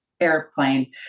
airplane